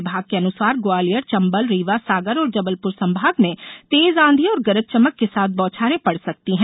विभाग के अनुसार ग्वालियर चंबल रीवा सागर और जबलपूर संभाग में तेज आंधी और गरज चमक के साथ बौछारें पड़ सकती है